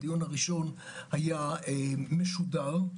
הדיון ראשון היה משודר.